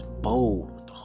bold